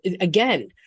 again